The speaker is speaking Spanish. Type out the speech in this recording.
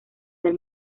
del